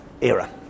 era